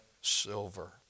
silver